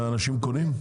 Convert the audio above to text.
ואנשים קונים?